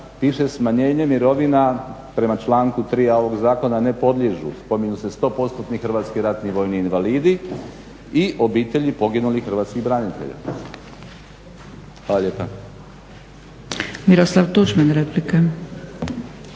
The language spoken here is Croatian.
piše smanjenje mirovina prema članku 3.a ovog zakona ne podliježu. Spominju se 100%-ni HRVI-ji i obitelji poginulih hrvatskih branitelja. Hvala lijepa. **Zgrebec, Dragica